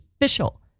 official